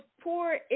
poor